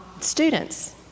students